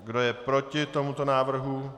Kdo je proti tomuto návrhu?